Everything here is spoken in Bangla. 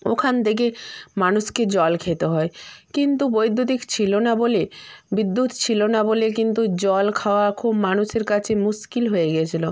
ওখান থেকে মানুষকে জল খেতে হয় কিন্তু বৈদ্যুতিক ছিলো না বলে বিদ্যুৎ ছিল না বলে কিন্তু জল খাওয়া খুব মানুষের কাছে মুশকিল হয়ে গেছিলো